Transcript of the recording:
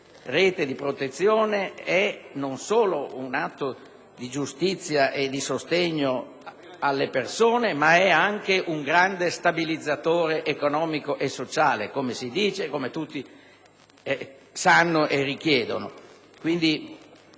rete di protezione non è solo un atto di giustizia e di sostegno alle persone, ma anche un grande stabilizzatore economico e sociale, come tutti sanno e richiedono.